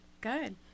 good